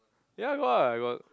ya got lah I got